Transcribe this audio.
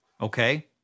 Okay